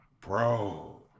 bro